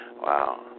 Wow